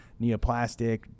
neoplastic